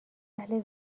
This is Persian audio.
اهل